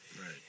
Right